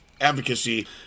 advocacy